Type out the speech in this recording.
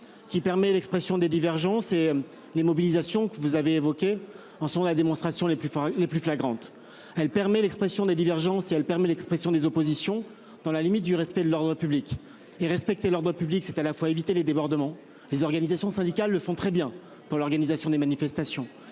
qui permet l'expression des divergences et les mobilisations que vous avez évoqué en sont la démonstration les plus enfin les plus flagrantes. Elle permet l'expression des divergences. Elle permet l'expression des oppositions dans la limite du respect de l'ordre public et respecter l'ordre public, c'est à la fois éviter les débordements. Les organisations syndicales le font très bien pour l'organisation des manifestations,